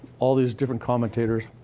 all these different commentators.